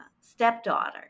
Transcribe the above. stepdaughter